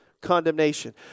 condemnation